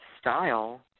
style